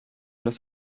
des